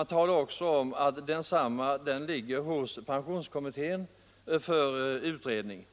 och talar också om att den ligger hos pensionskommittén för utredning.